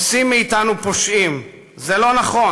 עושים מאתנו פושעים, זה לא נכון.